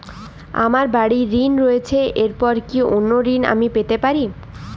আমার বাড়ীর ঋণ রয়েছে এরপর কি অন্য ঋণ আমি পেতে পারি?